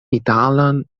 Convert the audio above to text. italan